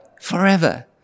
forever